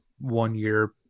one-year